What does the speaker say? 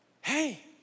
hey